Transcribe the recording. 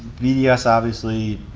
bds obviously